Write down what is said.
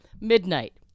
Midnight